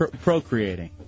procreating